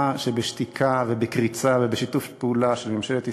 שבשתיקה ובקריצה ובשיתוף פעולה של ממשלת ישראל,